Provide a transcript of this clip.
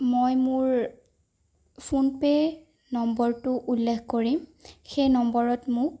মই মোৰ PhonePe' নম্বৰটো উল্লেখ কৰিম সেই নম্বৰত মোক